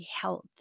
health